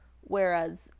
whereas